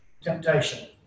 temptation